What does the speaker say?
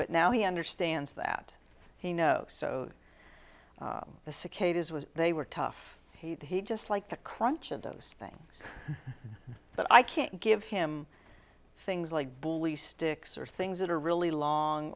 but now he understands that he knows so the cicadas was they were tough he just like the crunch of those things but i can't give him things like bully sticks or things that are really long